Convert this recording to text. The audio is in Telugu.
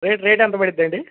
రేట్ రేట్ ఎంత పడుద్ది అండి